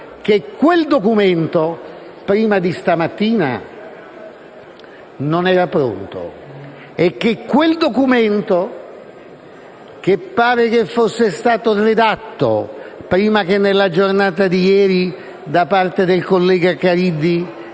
che quel documento prima di stamattina non era pronto e che quel documento pare sia stato redatto prima che, nella giornata di ieri, da parte del collega Caridi